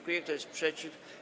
Kto jest przeciw?